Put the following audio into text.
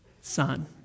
son